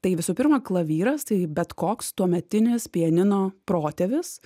tai visų pirma klavyras tai bet koks tuometinis pianino protėvis